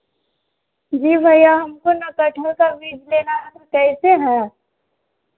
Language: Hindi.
जी भैया हमको ना कटहल का बीज लेना है कैसे हैं